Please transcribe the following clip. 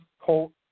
Colt